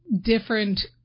different